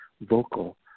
vocal